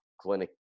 clinic